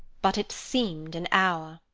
but it seemed an hour.